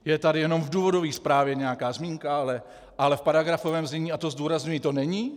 Je tady jenom v důvodové zprávě nějaká zmínka, ale v paragrafovém znění, a to zdůrazňuji, to není.